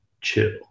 chill